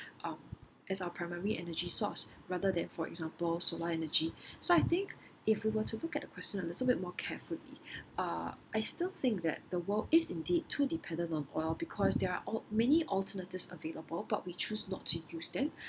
um as our primary energy source rather than for example solar energy so I think if we were to look at the question a little bit more carefully uh I still think that the world is indeed too dependent on oil because there al~ many alternatives available but we choose not to use them